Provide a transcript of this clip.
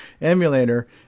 emulator